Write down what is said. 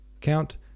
Count